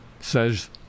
says